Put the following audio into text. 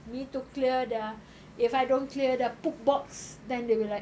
me to clear the if I don't clear the poop box then they will like